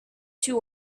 two